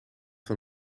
van